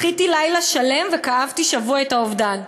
בכיתי לילה שלם וכאבתי שבוע את האובדן",